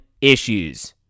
issues